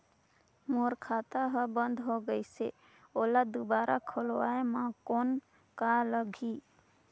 मोर खाता हर बंद हो गाईस है ओला दुबारा खोलवाय म कौन का लगही?